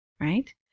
right